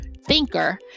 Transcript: thinker